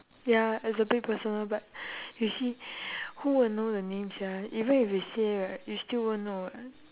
ya is a bit personal but you see who will know your name sia even if you say right you still won't know [what]